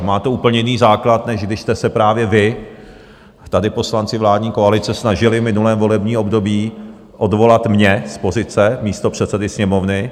Má to úplně jiný základ, než když jste se právě vy, poslanci vládní koalice, snažili v minulém volebním období odvolat mě z pozice místopředsedy Sněmovny.